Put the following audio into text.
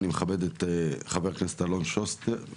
אני מכבד את חבר הכנסת אלון שוסטר,